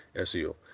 SEO